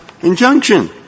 injunction